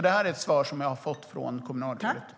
Det är ett svar som jag har fått från kommunalrådet.